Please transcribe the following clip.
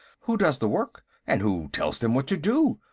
who does the work, and who tells them what to do?